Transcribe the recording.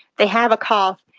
they have a cough.